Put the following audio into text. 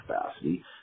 capacity